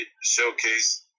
showcase